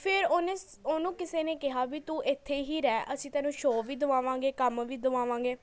ਫਿਰ ਓਹਨੇ ਸ ਓਹਨੂੰ ਕਿਸੇ ਨੇ ਕਿਹਾ ਵੀ ਤੂੰ ਇੱਥੇੇ ਹੀ ਰਹਿ ਅਸੀਂ ਤੈਨੂੰ ਸ਼ੋ ਵੀ ਦਵਾਵਾਂਗੇ ਕੰਮ ਵੀ ਦਵਾਵਾਂਗੇ